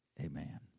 Amen